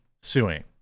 suing